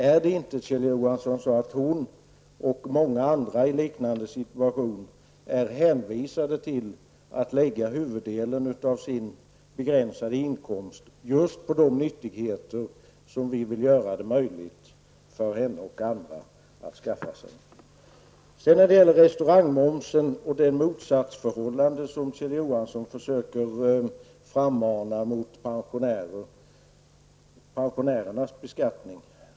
Är det inte så, Kjell Johansson, att hon och många andra i liknande situation är hänvisade till att lägga huvuddelen av sin begränsade inkomst på just de nyttigheter som vi vill göra det möjligt för henne och andra att skaffa sig? Johansson frammana ett motsatsförhållande gentemot pensionärernas beskattning.